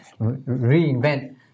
reinvent